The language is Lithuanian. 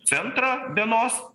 centrą dienos